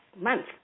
month